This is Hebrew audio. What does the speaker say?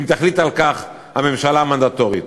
אם תחליט על כך הממשלה המנדטורית.